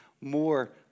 more